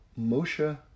Moshe